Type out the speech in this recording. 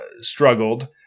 struggled